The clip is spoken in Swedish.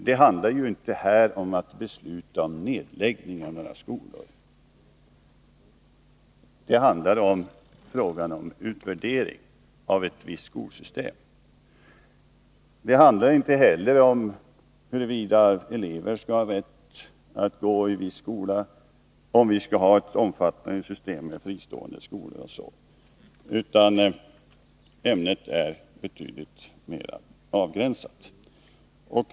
Det handlar ju inte här om att besluta om nedläggning av några skolor, utan det handlar om utvärdering av ett visst skolsystem. Det handlar inte heller om huruvida elever skall ha rätt att gå i en viss skola, om vi skall ha ett omfattande system med fristående skolor osv., utan ämnet är betydligt mera avgränsat.